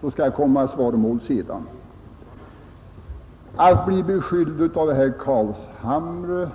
Därefter skall jag gå i svaromål. När herr Carlshamre beskyller mig